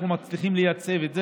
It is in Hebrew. אנחנו מצליחים לייצב את זה,